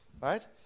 right